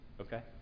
Okay